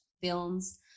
films